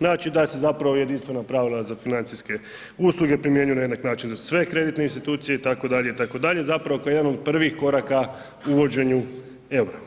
Znači da se zapravo jedinstvena pravila za financijske usluge primjenjuju na jednak način za sve kreditne institucije itd., itd., zapravo kao jedan od prvih koraka uvođenju EUR-a